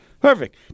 Perfect